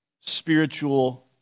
spiritual